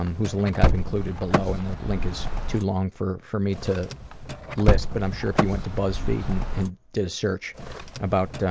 um whose link i have included below. and that link is too long for for me to list, but i'm sure if you went to buzzfeed and and did a search about